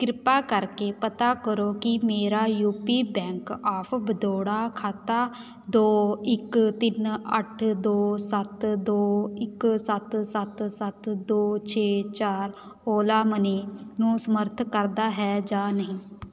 ਕਿਰਪਾ ਕਰਕੇ ਪਤਾ ਕਰੋ ਕਿ ਮੇਰਾ ਯੂਪੀ ਬੈਂਕ ਆਫ ਬੜੌਦਾ ਖਾਤਾ ਦੋ ਇੱਕ ਤਿੰਨ ਅੱਠ ਦੋ ਸੱਤ ਦੋ ਇੱਕ ਸੱਤ ਸੱਤ ਸੱਤ ਦੋ ਛੇ ਚਾਰ ਓਲਾ ਮਨੀ ਨੂੰ ਸਮਰਥ ਕਰਦਾ ਹੈ ਜਾਂ ਨਹੀਂ